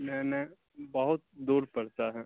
میں نے بہت دور پڑتا ہے